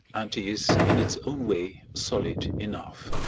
and is, in its own way, solid enough.